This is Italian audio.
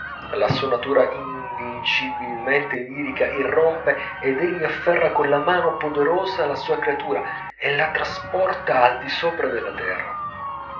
la sua natura invincibilmente lirica irrompe ed egli afferra colla mano poderosa la sua creatura e la trasporta al di sopra della terra